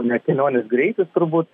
ne kelionės greitis turbūt